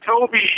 Toby